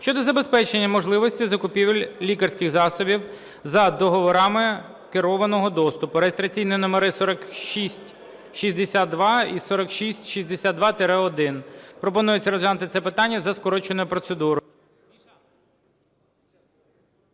щодо забезпечення можливості закупівель лікарських засобів за договорами керованого доступу (реєстраційні номери 4662 і 4662-1). Пропонується розглянути це питання за скороченою процедурою.